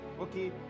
okay